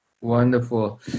Wonderful